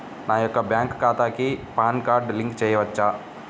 నా యొక్క బ్యాంక్ ఖాతాకి పాన్ కార్డ్ లింక్ చేయవచ్చా?